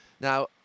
Now